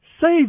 Save